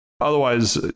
otherwise